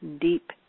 deep